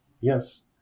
Yes